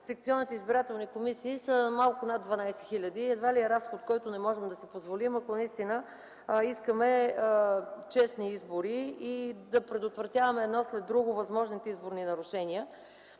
секционните избирателни комисии са малко над 12 хиляди и това едва ли е разход, който не можем да си позволим, ако наистина искаме честни избори и предотвратяване едно след друго на възможните изборни нарушения.